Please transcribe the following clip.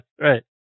right